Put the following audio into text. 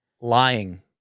lying